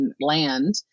land